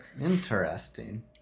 Interesting